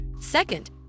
Second